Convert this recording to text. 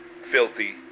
Filthy